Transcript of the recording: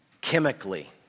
chemically